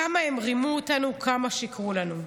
כמה הם רימו אותנו, כמה שיקרו לנו?